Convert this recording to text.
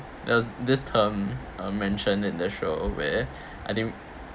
there was this term uh mention in the show where I didn't